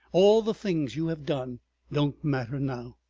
all the things you have done don't matter now.